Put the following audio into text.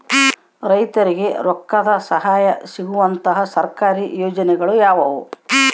ರೈತರಿಗೆ ರೊಕ್ಕದ ಸಹಾಯ ಸಿಗುವಂತಹ ಸರ್ಕಾರಿ ಯೋಜನೆಗಳು ಯಾವುವು?